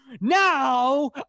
Now